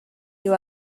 you